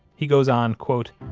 he goes on, quote,